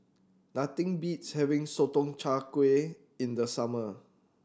nothing beats having Sotong Char Kway in the summer